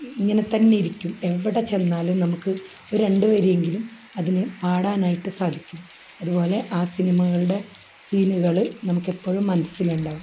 ഇങ്ങനത്തന്നെ ഇരിക്കും എവിടെ ചെന്നാലും നമുക്ക് ഒരു രണ്ട് വരി എങ്കിലും അതിന് പാടാനായിട്ട് സാധിക്കും അതുപോലെ ആ സിനിമകളുടെ സീനുകൾ നമുക്ക് എപ്പോഴും മനസ്സിൽ ഉണ്ടാകും